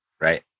Right